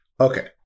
Okay